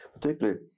particularly